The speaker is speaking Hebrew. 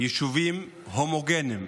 יישובים הומוגניים,